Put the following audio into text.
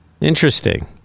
Interesting